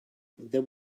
there